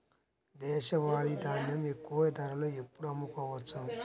దేశవాలి ధాన్యం ఎక్కువ ధరలో ఎప్పుడు అమ్ముకోవచ్చు?